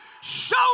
show